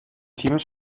teams